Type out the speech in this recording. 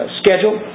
schedule